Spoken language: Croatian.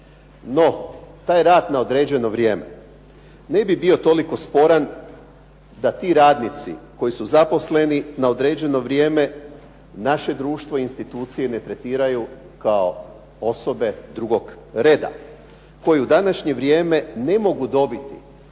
No, taj rad na određeno vrijeme ne bi bio toliko sporan da ti radnici koji su zaposleni na određeno vrijeme naše društvo i institucije ne tretiraju kao osobe drugog reda, koji u današnje vrijeme ne mogu dobiti